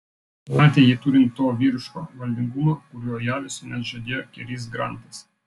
matė jį turint to vyriško valdingumo kuriuo ją visuomet žavėjo keris grantas